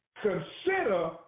consider